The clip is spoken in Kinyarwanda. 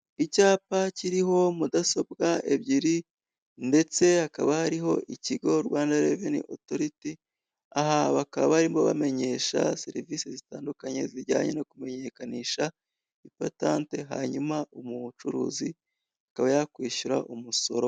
Icyapa kiriho mudasobwa ebyiri, ndetse hakaba hariho ikigo Rwanda Reveni Otoriti, aha bakaba barimo bamenyesha serivise zitandukanye zijyanye no kumenyekanisha ipatante hanyuma umucuruzi akaba yakwishyura umusoro.